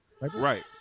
right